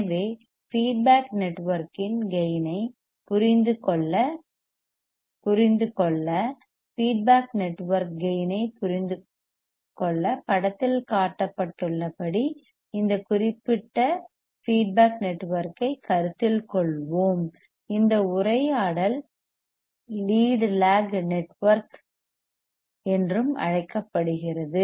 எனவே ஃபீட்பேக் நெட்வொர்க்கின் கேயின் ஐப் புரிந்து கொள்ள ஃபீட்பேக் நெட்வொர்க்கின் கேயின் ஐப் புரிந்து கொள்ள படத்தில் காட்டப்பட்டுள்ளபடி இந்த குறிப்பிட்ட ஃபீட்பேக் நெட்வொர்க்கைக் கருத்தில் கொள்வோம் இந்த உரையாடல் லீட் லேக் நெட்வொர்க் என்றும் அழைக்கப்படுகிறது